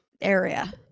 area